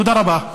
תודה רבה.